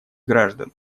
граждан